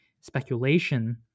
speculation